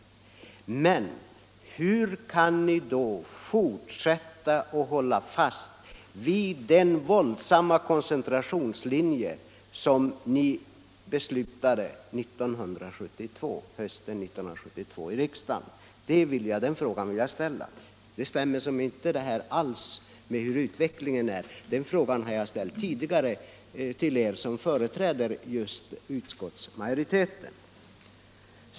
Hur kan ni då fortsätta att hålla fast vid den linje, innebärande en våldsam koncentration, som ni beslutade i riksdagen hösten 1972? Den linjen stämmer inte alls med utvecklingen, och jag har ställt samma fråga tidigare till övriga som företräder utskottsmajoriteten.